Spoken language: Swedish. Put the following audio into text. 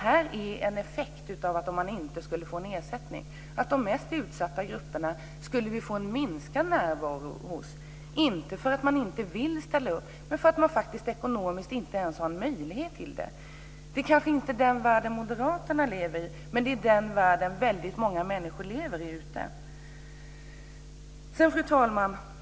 Om man inte skulle få ersättning är en effekt att det bland de mest utsatta grupperna blir en minskad närvaro, inte därför att man inte vill ställa upp men därför att man ekonomiskt inte ens har möjlighet till det. Det kanske inte är den värld Moderaterna lever i, men det är den värld som väldigt många människor lever i. Fru talman!